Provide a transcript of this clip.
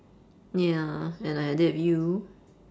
ya and I had it with you